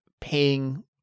paying